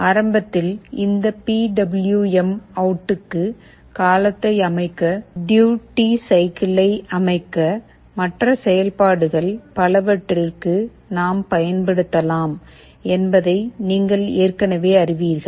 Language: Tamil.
ஆரம்பத்தில் இந்த பி டபிள்யு எம் அவுட்டுக்கு காலத்தை அமைக்க டியூட்டி சைக்கிள் யை அமைக்க மற்ற செயல்பாடுகள் பலவற்றிற்கு நாம் பயன்படுத்தலாம் என்பதை நீங்கள் ஏற்கனவே அறிவீர்கள்